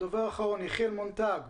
הדובר האחרון יחיאל מונטג,